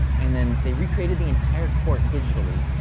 and then they recreated the entire court digitally